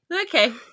okay